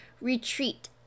retreat